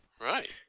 Right